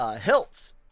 hilts